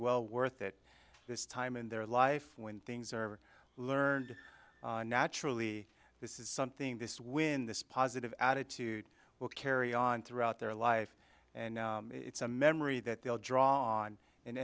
well worth it this time in their life when things are learned naturally this is something this when this positive attitude will carry on throughout their life and it's a memory that they'll draw